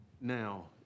Now